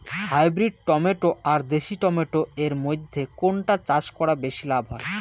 Hybrid tomato আর দেশি tomato এর মইধ্যে কোনটা চাষ করা বেশি লাভ হয়?